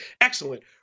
excellent